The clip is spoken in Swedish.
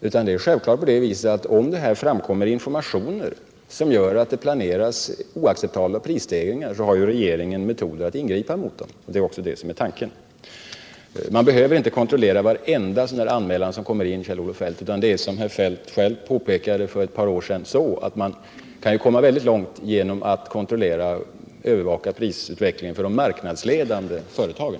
Om 17 det framkommer informationer som visar att oacceptabla prisstegringar planeras, så har regeringen metoder att ingripa mot dessa, och det är också tanken bakom den här åtgärden Man behöver inte, Kjell-Olof Feldt, kontrollera varje anmälan som kommer in. Det är, som herr Feldt själv påpekade för ett par år sedan, i stället så att man kan komma väldigt långt genom att enbart bevaka prisutvecklingen för de marknadsledande företagen.